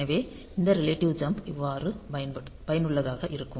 எனவே இந்த relative jump இவ்வாறு பயனுள்ளதாக இருக்கும்